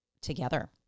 together